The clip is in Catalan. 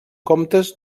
comptes